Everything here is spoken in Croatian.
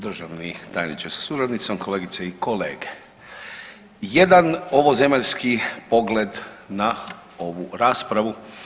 Državni tajniče sa suradnicom, kolegice i kolege, jedan ovozemaljski pogled na ovu raspravu.